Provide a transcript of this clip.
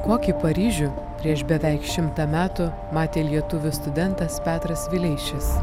kokį paryžių prieš beveik šimtą metų matė lietuvių studentas petras vileišis